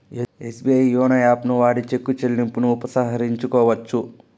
SBI YONO యాపుని వాడి cheque చెల్లింపును ఉపసంహరించుకోవచ్చు